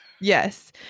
yes